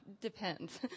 depends